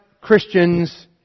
Christians